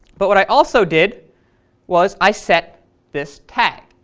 but what i also did was i set this tag.